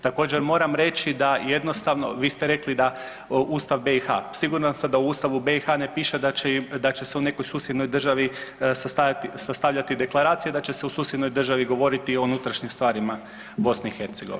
Također moram reći da jednostavno, vi ste rekli da Ustav BiH, siguran sam da u Ustavu BiH ne piše da će se u nekoj susjednoj državi sastavljati deklaracija, da će se u susjednoj državi govori o unutrašnjim stvarima BiH.